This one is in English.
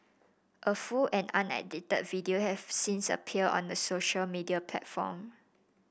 a full and unedited video had since appeared on a social media platform